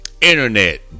Internet